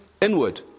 inward